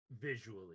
visually